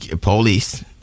police